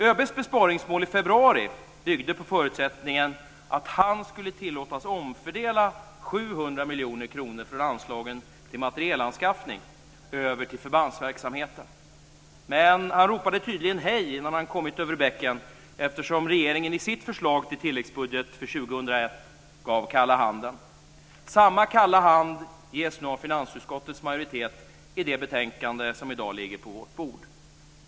ÖB:s besparingsmål i februari byggde på förutsättningen att han skulle tillåtas omfördela 700 miljoner kronor från anslagen till materielanskaffning över till förbandsverksamheten. Men han ropade tydligen hej innan han kommit över bäcken, eftersom regeringen i sitt förslag till tilläggsbudget för 2001 gav kalla handen. Samma kalla hand ges nu av finansutskottets majoritet i det betänkande som i dag ligger på vårt bord.